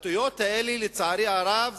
ההתבטאויות האלו, לצערי הרב,